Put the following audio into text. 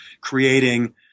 creating